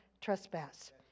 trespass